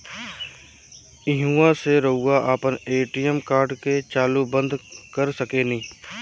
ईहवा से रऊआ आपन ए.टी.एम कार्ड के चालू बंद कर सकेनी